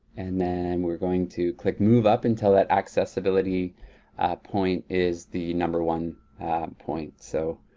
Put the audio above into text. and then we're going to click move up until that accessibility point is the number one point. so,